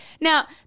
now